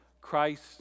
Christ